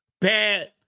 Bad